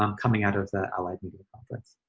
um coming out of the allied media conference.